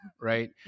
right